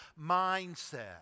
mindset